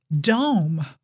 dome